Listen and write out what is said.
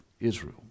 Israel